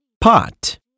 Pot